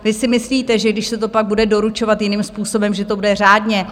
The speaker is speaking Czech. Vy si myslíte, že když se to pak bude doručovat jiným způsobem, že to bude řádně?